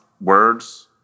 words